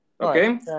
okay